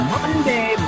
Monday